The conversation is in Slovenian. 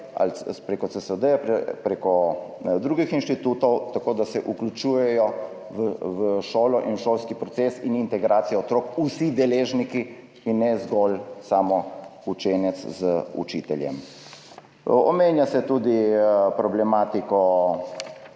prek CSD, prek drugih inštitutov, tako da se vključujejo v šolo in šolski proces in integracijo otrok vsi deležniki, in ne zgolj samo učenec z učiteljem. Omenja se tudi problematiko